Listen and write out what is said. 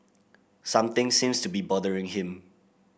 something seems to be bothering him